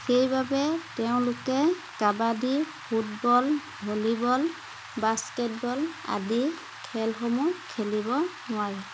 সেইবাবে তেওঁলোকে kabaddi football volleyball basketball আদি খেলসমূহ খেলিব নোৱাৰে